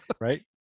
right